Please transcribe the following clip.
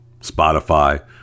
Spotify